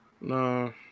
No